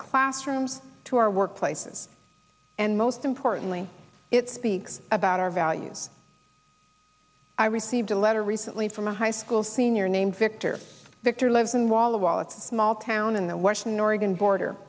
classrooms to our workplaces and most importantly it speaks about our values i received a letter recently from a high school senior named victor victor lives in walla walla it's a small town in the washington oregon border